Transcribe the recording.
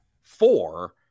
four